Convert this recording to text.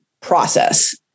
process